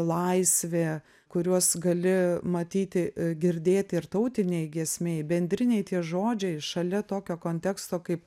laisvė kuriuos gali matyti girdėti ir tautinėj giesmėj bendriniai tie žodžiai šalia tokio konteksto kaip